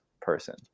person